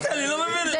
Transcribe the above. כן, אני לא מבין את זה.